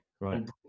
right